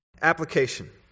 Application